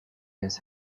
has